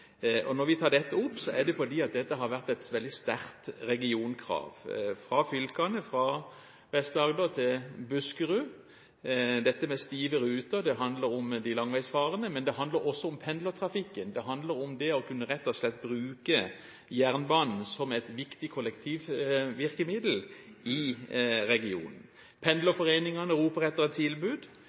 Når vi tar dette opp, er det fordi det har vært et veldig sterkt regionkrav fra fylkene fra Vest-Agder til Buskerud. Stive ruter handler om de langveisfarende, men det handler også om pendlertrafikken. Det handler om det rett og slett å kunne bruke jernbanen som et viktig kollektivvirkemiddel i regionen. Pendlerforeningene roper etter tilbud,